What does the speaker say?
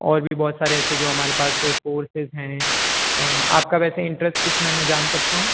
और भी बहुत सारे ऐसे जो हमारे पास कोर्सेस हैं आपका वैसे इंट्रेस्ट किसमें है मैं जान सकता हूँ